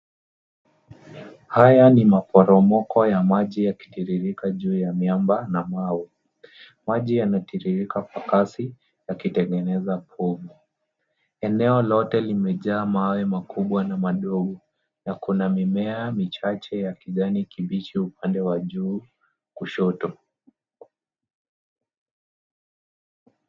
Haya ni maporomoko ya maji yakitiririka juu ya miamba na mawe. Maji yanatiririka kwa kasi yakitengeneza povu. Eneo lote limejaa mawe makubwa na madogo na kuna mimea michache ya kijani kibichi upande wa juu kushoto.